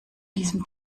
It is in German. diesem